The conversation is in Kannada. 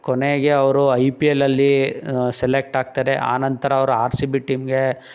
ಕೊನೆಗೆ ಅವರು ಐ ಪಿ ಎಲಲ್ಲಿ ಸೆಲೆಕ್ಟ್ ಆಗ್ತಾರೆ ಆನಂತರ ಅವರು ಆರ್ ಸಿ ಬಿ ಟೀಮ್ಗೆ